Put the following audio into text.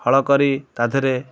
ହଳ କରି ତା ଦିହରେ